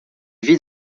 vit